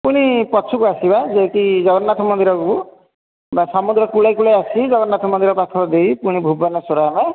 ପୁଣି ପଛକୁ ଆସିବା ଯାହାକି ଜଗନ୍ନାଥ ମନ୍ଦିରକୁ ବା ସମୁଦ୍ର କୂଳେ କୂଳେ ଆସି ଜଗନ୍ନାଥ ମନ୍ଦିର ପାଖ ଦେଇ ପୁଣି ଭୁବନେଶ୍ୱର ଆମେ